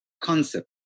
concept